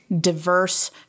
diverse